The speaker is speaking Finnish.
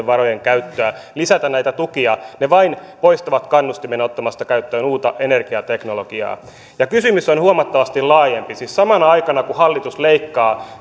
varojen käyttöä lisätä näitä tukia ne vain poistavat kannustimen ottaa käyttöön uutta energiateknologiaa ja kysymys on huomattavasti laajempi siis samana aikana kun hallitus leikkaa